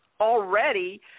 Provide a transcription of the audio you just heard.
already